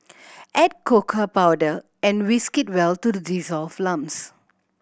add cocoa powder and whisk well to the dissolve lumps